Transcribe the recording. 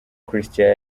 christian